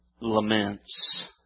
laments